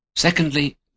Secondly